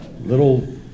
little